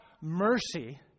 mercy